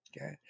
okay